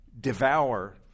devour